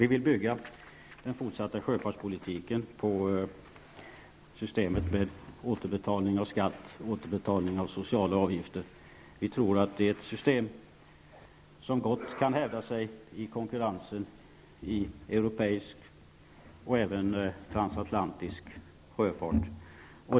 Vi vill bygga den fortsatta sjöfartspolitiken på systemet med återbetalning av skatter och sociala avgifter. Vi tror att det är ett system som gott kan hävda sig i konkurrensen i europeisk och även transatlantisk sjöfart.